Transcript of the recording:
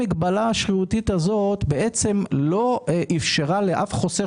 המגבלה השרירותית הזאת לא אפשרה לאף חוסך